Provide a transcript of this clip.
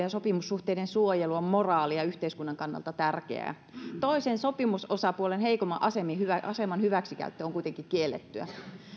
ja sopimussuhteiden suojelu on moraalin ja yhteiskunnan kannalta tärkeää toisen sopimusosapuolen heikomman aseman hyväksikäyttö on kuitenkin kiellettyä